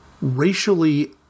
racially